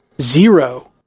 zero